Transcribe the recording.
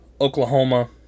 Oklahoma